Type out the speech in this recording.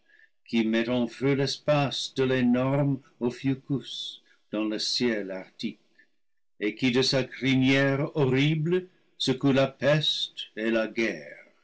qui met en feu l'espace de l'énorme ophiucus dans le ciel arctique et qui de sa crinière horrible secoue la peste et la guerre